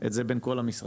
את זה בין כל המשרדים.